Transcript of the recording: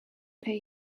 pay